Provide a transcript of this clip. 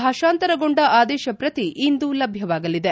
ಭಾಷಾಂತರಗೊಂಡ ಆದೇಶ ಪ್ರತಿ ಇಂದು ಲಭ್ಯವಾಗಲಿದೆ